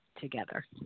together